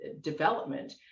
development